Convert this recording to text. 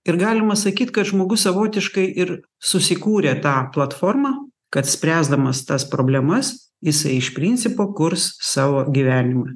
ir galima sakyt kad žmogus savotiškai ir susikūrė tą platformą kad spręsdamas tas problemas jisai iš principo kurs savo gyvenimą